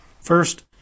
First